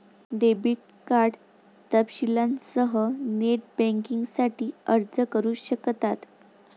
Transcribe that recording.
debit card तपशीलांसह net बँकिंगसाठी अर्ज करू शकतात